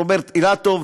רוברט אילטוב,